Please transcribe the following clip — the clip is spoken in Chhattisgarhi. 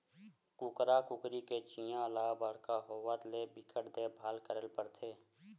कुकरा कुकरी के चीया ल बड़का होवत ले बिकट देखभाल करे ल परथे